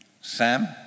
Sam